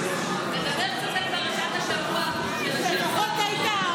תדבר קצת על פרשת השבוע --- לפחות היית אומר